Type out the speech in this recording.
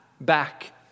back